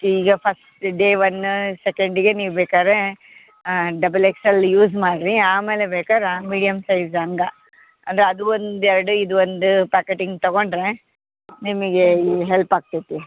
ಈಗ first day one ಸೆಕೆಂಡಿಗೆ ನೀವು ಬೇಕಾದ್ರೆ ಡಬಲ್ ಎಕ್ಸ್ ಎಲ್ ಯೂಸ್ ಮಾಡಿರಿ ಆಮೇಲೆ ಬೇಕಾರೆ ಆ ಮೀಡಿಯಮ್ ಸೈಝ್ ಹಂಗ ಅಂದರೆ ಅದು ಒಂದು ಎರಡು ಇದು ಒಂದು ಪ್ಯಾಕೆಟ್ ಹಿಂಗ್ ತಗೊಂಡರೆ ನಿಮಗೆ ಈ ಹೆಲ್ಪ್ ಆಗ್ತೈತಿ